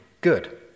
good